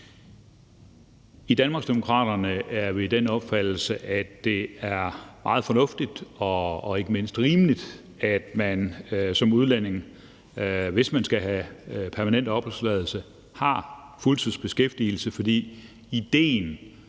I Danmarksdemokraterne er vi af den opfattelse, at det er meget fornuftigt og ikke mindst rimeligt, at man som udlænding, hvis man skal have permanent opholdstilladelse, har fuldtidsbeskæftigelse, fordi idéen,